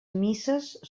misses